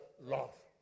love